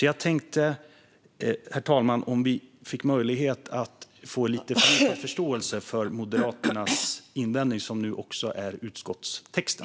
Jag tänkte, herr talman, att vi kanske kunde få möjlighet att få lite förståelse för Moderaternas invändning, som nu också är utskottstexten.